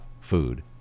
food